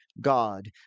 God